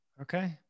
Okay